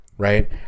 Right